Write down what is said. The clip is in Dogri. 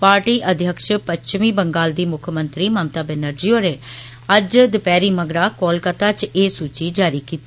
पॉर्टी अध्यक्ष पच्छमी बंगाल दी मुक्खमंत्री ममता बैनर्जी होरें अज्ज दपेहरी मगरा कोलकत्ता च एह् सूची जारी कीती